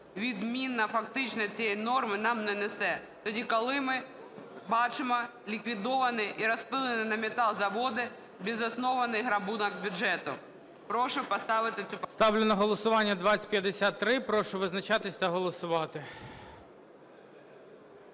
відміна фактично цієї норми нам не несе. Тоді, коли бачимо ліквідовані і розпиляні на метал заводи, безоснований грабунок бюджету…".